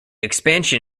expansion